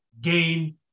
gain